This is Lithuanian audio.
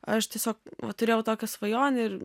aš tiesiog turėjau tokią svajonę ir